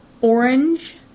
orange